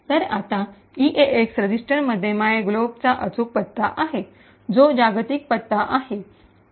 तर आता ईएएक्स रजिस्टरमध्ये मायग्लोबचा अचूक पत्ता आहे जो जागतिक पत्ता आहे